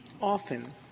often